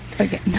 Okay